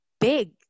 big